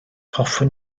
hoffwn